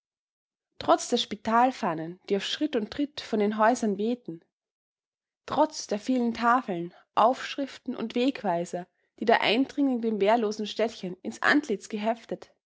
trotz der spitalfahnen die auf schritt und tritt von den häusern wehten trotz der vielen tafeln aufschriften und wegweiser die der eindringling dem wehrlosen städtchen ins antlitz geheftet